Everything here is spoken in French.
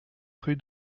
rue